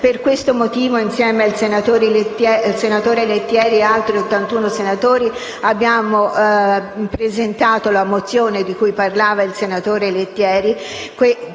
Per questo motivo, insieme al senatore Lettieri e ad altri 81 senatori, abbiamo presentato la mozione di cui parlava il senatore D'Ambrosio